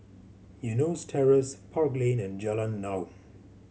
Eunos Terrace Park Lane and Jalan Naung